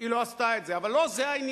היא לא עשתה את זה, אבל לא זה העניין.